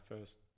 first